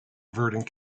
averting